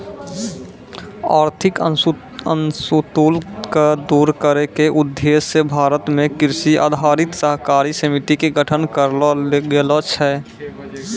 आर्थिक असंतुल क दूर करै के उद्देश्य स भारत मॅ कृषि आधारित सहकारी समिति के गठन करलो गेलो छै